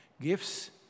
gifts